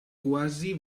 quasi